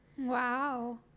Wow